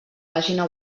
pàgina